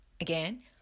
Again